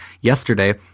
yesterday